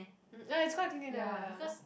um ya it's quite clean clean ah ah ya